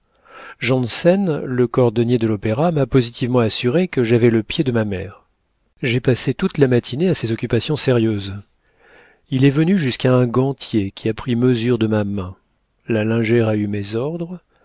janssen le cordonnier de l'opéra m'a positivement assuré que j'avais le pied de ma mère j'ai passé toute la matinée à ces occupations sérieuses il est venu jusqu'à un gantier qui a pris mesure de ma main la lingère a eu mes ordres